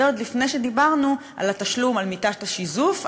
זה עוד לפני שדיברנו על תשלום על מיטת השיזוף,